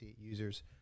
users